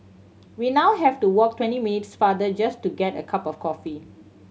we now have to walk twenty minutes farther just to get a cup of coffee